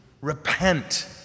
repent